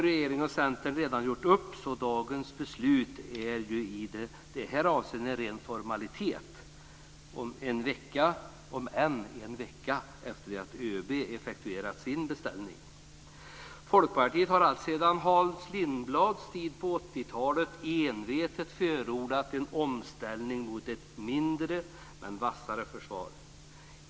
Regeringen och Centern har redan gjort upp, så dagens beslut är i detta avseende en ren formalitet, en vecka efter det att ÖB effektuerat sin beställning. Folkpartiet har alltsedan Hans Lindblads tid på 1980-talet envetet förordat en omställning mot ett mindre men vassare försvar.